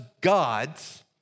gods